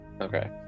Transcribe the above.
Okay